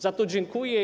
Za to dziękuję.